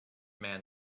man